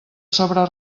sobre